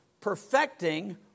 perfecting